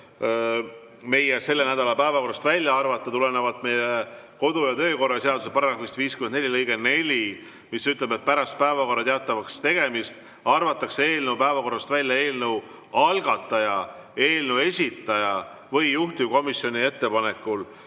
meie selle nädala päevakorrast välja arvata tulenevalt meie kodu‑ ja töökorra seaduse § 54 lõikest 4, mis ütleb, et pärast päevakorra teatavaks tegemist arvatakse eelnõu päevakorrast välja eelnõu algataja, eelnõu esitaja või juhtivkomisjoni ettepanekul.